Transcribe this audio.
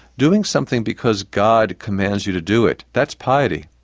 doing something because god commands you to do it, that's piety.